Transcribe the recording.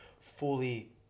fully